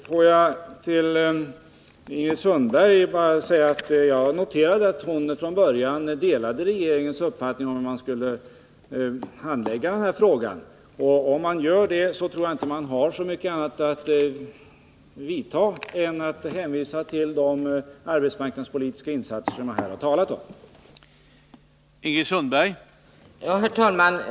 Får jag till Ingrid Sundberg bara säga att jag noterade att hon från början delade regeringens uppfattning om hur man skall handlägga den här frågan. För den som gör det tror jag inte att det finns så mycket andra åtgärder att vidta än de arbetsmarknadspolitiska insatser som jag har talat om här.